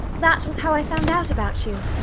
that was how i found out about you.